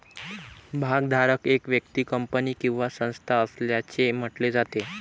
भागधारक एक व्यक्ती, कंपनी किंवा संस्था असल्याचे म्हटले जाते